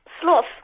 sloth